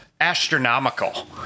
astronomical